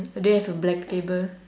do you have a black table